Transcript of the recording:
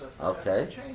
Okay